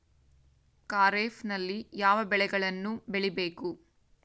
ಖಾರೇಫ್ ನಲ್ಲಿ ಯಾವ ಬೆಳೆಗಳನ್ನು ಬೆಳಿಬೇಕು?